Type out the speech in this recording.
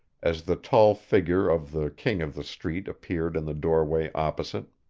as the tall figure of the king of the street appeared in the doorway opposite.